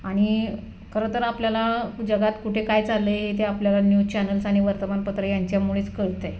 आणि खरंतर आपल्याला जगात कुठे काय चाललं आहे हे ते आपल्याला न्यूज चॅनल्स आणि वर्तमानपत्र यांच्यामुळेच कळतं आहे